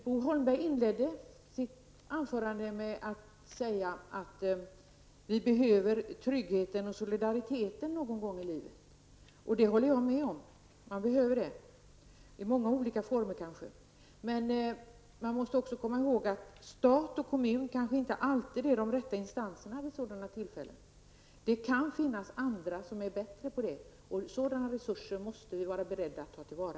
Bo Holmberg inledde sitt anförande med att säga att vi behöver tryggheten och solidariteten någon gång i livet, och det håller jag med om. Man behöver det, i många olika former kanske. Men man måste också komma ihåg att stat och kommun kanske inte alltid är de rätta instanserna vid sådana tillfällen. Det kan finnas andra som är bättre på att ordna det här, och sådana resurser måste vi vara beredda att ta till vara.